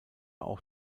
auch